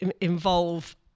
involve